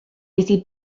iddi